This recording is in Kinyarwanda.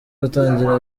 gutangira